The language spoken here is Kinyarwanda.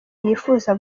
yifuza